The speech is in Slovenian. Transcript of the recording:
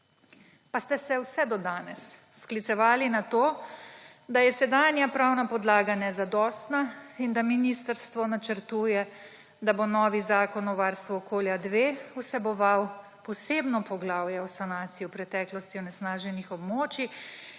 Pa ste se vse do danes sklicevali na to, da je sedanja pravna podlaga nezadostna in da ministrstvo načrtuje, da bo novi Zakon o varstvu okolja-2 vseboval posebno poglavje o sanaciji v preteklosti onesnaženih območij,